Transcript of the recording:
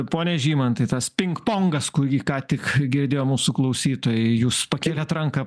pone žymantai tas pingpongas kurį ką tik girdėjo mūsų klausytojai jūs pakėlėt ranką